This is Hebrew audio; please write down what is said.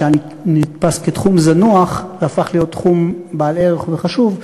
שנתפס כתחום זנוח והפך לתחום בעל ערך וחשוב.